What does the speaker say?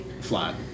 flat